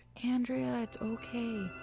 andrea, it's okay.